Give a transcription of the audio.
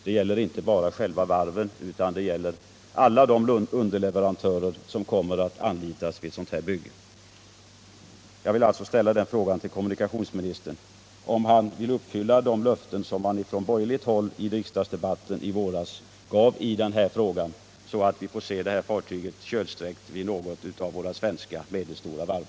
Det gäller inte bara själva varven utan, som sagt, också alla de underleverantörer som kommer att anlitas vid ett sådant bygge. Jag ställer alltså frågan till kommunikationsministern, om han vill uppfylla de löften som man från borgerligt håll i riksdagsdebatten i våras gav i detta sammanhang, så att vi kan få se det aktuella fartyget kölsträckt vid något av våra medelstora svenska varv.